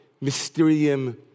mysterium